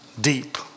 deep